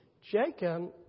Jacob